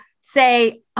say